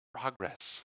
progress